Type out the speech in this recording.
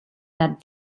that